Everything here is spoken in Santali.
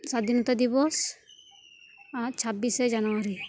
ᱥᱟᱫᱷᱤᱱᱚᱛᱟ ᱫᱤᱵᱚᱥ ᱟᱨ ᱪᱷᱟᱵᱽᱵᱤᱥᱮ ᱡᱟᱱᱩᱣᱟᱨᱤ